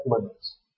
limits